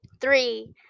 Three